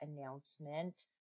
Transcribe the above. announcement